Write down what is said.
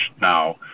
now